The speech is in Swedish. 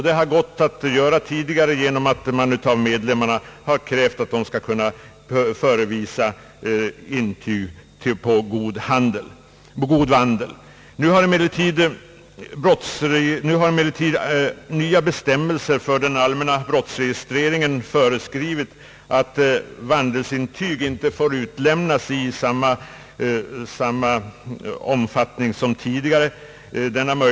Det har tidigare gått att kräva intyg på god vandel för medlemskap i förbundet. Nu innebär emellertid nya bestämmelser för den allmänna brottsregistreringen att vandelsintyg inte får utlämnas i samma omfattning som tidigare.